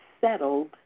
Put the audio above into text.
settled